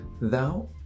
thou